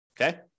Okay